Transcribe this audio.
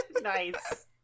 Nice